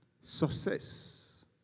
Success